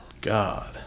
God